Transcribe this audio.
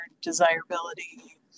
desirability